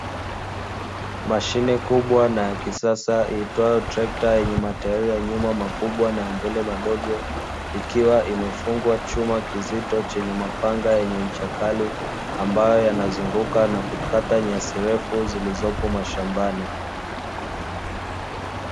Mashine kubwa na ya kisasa iitwayo trekta yenye matairi ya nyuma makubwa na ya mbele madogo, ikiwa imefungwa chuma kizito chenye mapanga yenye ncha kali ambayo yanazunguka na kukata nyasi refu zilizopo mashambani.